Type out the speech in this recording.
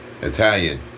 Italian